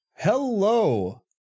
Hello